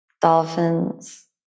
dolphins